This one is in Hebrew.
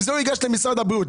עם זה הוא ניגש למשרד הבריאות.